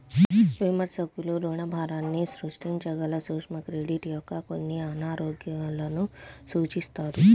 విమర్శకులు రుణభారాన్ని సృష్టించగల సూక్ష్మ క్రెడిట్ యొక్క కొన్ని అనారోగ్యాలను సూచిస్తారు